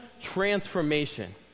transformation